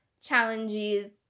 challenges